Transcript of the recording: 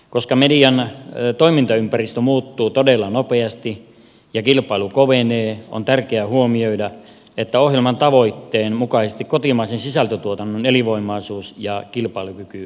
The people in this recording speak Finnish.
koska median toimintaympäristö muuttuu todella nopeasti ja kilpailu kovenee on tärkeää huomioida että ohjelman tavoitteen mukaisesti kotimaisen sisältötuotannon elinvoimaisuus ja kilpailukyky turvataan